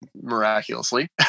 miraculously